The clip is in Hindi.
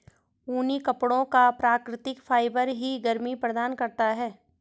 ऊनी कपड़ों का प्राकृतिक फाइबर ही गर्मी प्रदान करता है